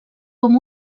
com